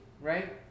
right